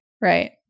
Right